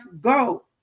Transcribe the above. go